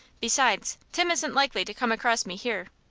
besides, tim isn't likely to come across me here.